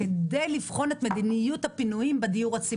כדי לבחון את מדיניות הפינויים בדיור הציבורי.